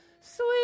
sweet